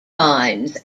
minds